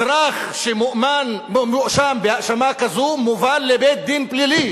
אזרח שמואשם בהאשמה כזאת מובא לבית-דין פלילי,